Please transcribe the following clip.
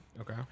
Okay